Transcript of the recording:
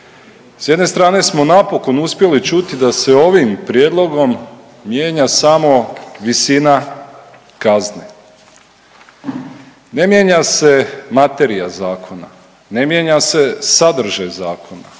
S jedne strane smo napokon uspjeli čuti da se ovim prijedlogom mijenja samo visina kazne. Ne mijenja se materija zakona. Ne mijenja se sadržaj zakona.